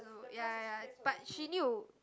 ya ya but she need to